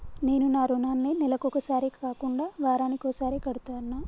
నేను నా రుణాన్ని నెలకొకసారి కాకుండా వారానికోసారి కడ్తన్నా